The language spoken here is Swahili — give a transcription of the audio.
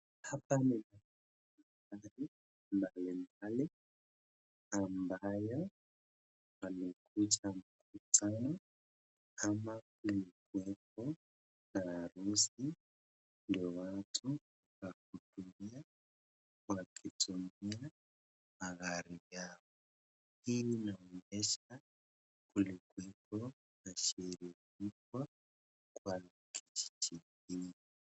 Hapa naona magari mbalimbali ambayo imekuja mkutano ama kulikuwepo na harusi. Hii inaonyesha kulikuwepo na sherehe kubwa kwa kijiji hii.